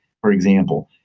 for example.